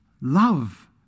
love